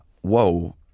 whoa